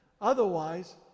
otherwise